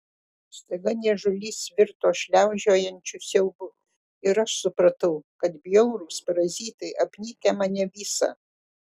staiga niežulys virto šliaužiojančiu siaubu ir aš supratau kad bjaurūs parazitai apnikę mane visą